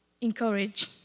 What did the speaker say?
encourage